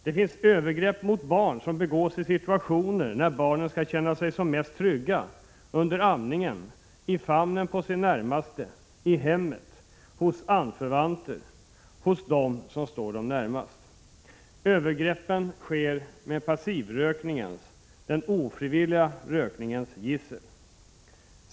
Det finns övergrepp mot barn som begås i situationer när barnen ska känna sig som mest trygga, under amningen, i famnen på sin närmaste, i hemmet, hos anförvanter, hos dem som står dem närmast. Övergreppen sker med passivrökningens, den ofrivilliga rökningens gissel.